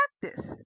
practice